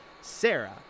Sarah